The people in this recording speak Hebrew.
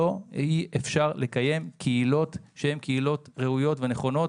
לא יהיה אפשר לקיים קהילות ראויות ונכונות